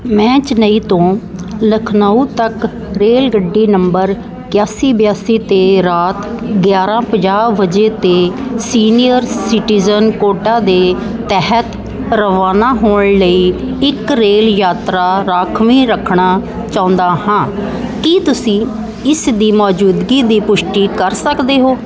ਮੈਂ ਚੇਨਈ ਤੋਂ ਲਖਨਊ ਤੱਕ ਰੇਲਗੱਡੀ ਨੰਬਰ ਇਕਿਆਸੀ ਬਿਆਸੀ 'ਤੇ ਰਾਤ ਗਿਆਰਾਂ ਪੰਜਾਹ ਵਜੇ 'ਤੇ ਸੀਨੀਅਰ ਸਿਟੀਜ਼ਨ ਕੋਟਾ ਦੇ ਤਹਿਤ ਰਵਾਨਾ ਹੋਣ ਲਈ ਇੱਕ ਰੇਲ ਯਾਤਰਾ ਰਾਖਵੀਂ ਰੱਖਣਾ ਚਾਹੁੰਦਾ ਹਾਂ ਕੀ ਤੁਸੀਂ ਇਸ ਦੀ ਮੌਜੂਦਗੀ ਦੀ ਪੁਸ਼ਟੀ ਕਰ ਸਕਦੇ ਹੋ